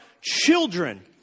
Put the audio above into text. children